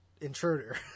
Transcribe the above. intruder